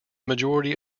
majority